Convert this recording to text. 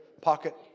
Pocket